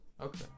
Okay